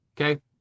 okay